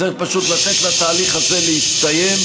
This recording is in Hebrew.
צריך פשוט לתת לתהליך הזה להסתיים,